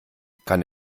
kann